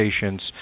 patients